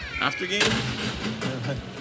After-game